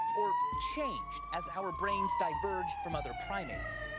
or changed as our brains diverged from other primates.